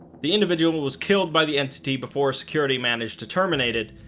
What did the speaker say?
the individual was killed by the entity before security managed to terminate it,